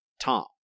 Tom